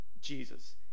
Jesus